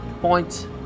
points